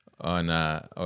on